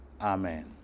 Amen